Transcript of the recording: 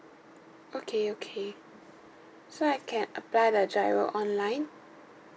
okay okay so I can apply the GIRO online